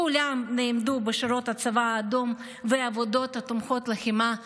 כולם נעמדו בשורות הצבא האדום או בעבודות תומכות הלחימה בעורף.